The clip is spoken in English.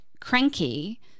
cranky